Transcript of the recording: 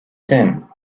tym